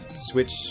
switch